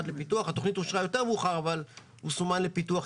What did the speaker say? התכנית אושרה מאוחר יותר אבל הוא סומן לפיתוח.